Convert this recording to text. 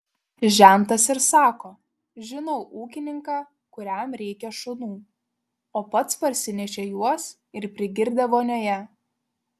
žentas ir sako žinau ūkininką kuriam reikia šunų o pats parsinešė juos ir prigirdė vonioje